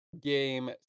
game